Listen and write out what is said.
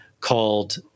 called